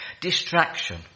distraction